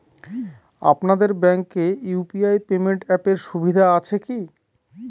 আপনাদের ব্যাঙ্কে UPI payment অ্যাপের সুবিধা আছে কি?